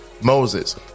Moses